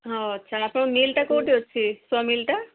ହଁ ଆଚ୍ଛା ଆପଣଙ୍କ ମିଲ୍ଟା କେଉଁଠି ଅଛି ସ ମିଲ୍ଟା